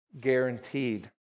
guaranteed